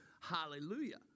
hallelujah